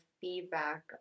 feedback